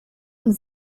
und